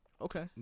okay